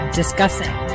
discussing